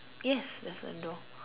yes there's a door